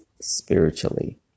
spiritually